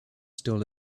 still